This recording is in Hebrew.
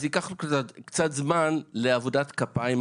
אז ייקח לו קצת זמן לעבודת כפיים,